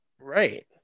Right